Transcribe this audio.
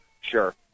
Sure